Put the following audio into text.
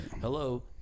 hello